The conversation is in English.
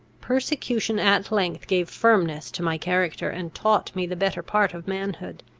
persecution at length gave firmness to my character, and taught me the better part of manhood.